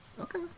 Okay